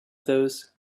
those